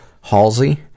Halsey